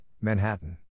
Manhattan